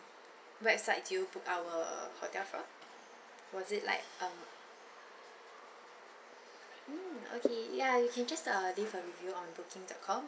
website did you book our hotel from was it like um mm okay ya you can just err leave a review on booking dot com